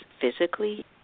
physically